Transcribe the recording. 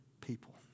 people